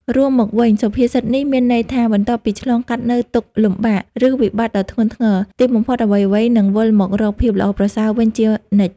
រួមមកវិញ សុភាសិតនេះមានន័យថា បន្ទាប់ពីឆ្លងកាត់នូវទុក្ខលំបាក ឬវិបត្តិដ៏ធ្ងន់ធ្ងរ ទីបំផុតអ្វីៗនឹងវិលមករកភាពល្អប្រសើរវិញជានិច្ច។